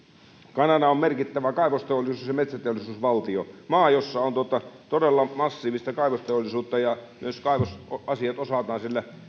kanada on merkittävä kaivosteollisuus ja metsäteollisuusvaltio maa jossa on todella massiivista kaivosteollisuutta ja myös kaivosasiat osataan siellä